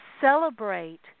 celebrate